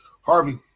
Harvey